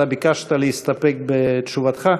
אתה ביקשת להסתפק בתשובתך?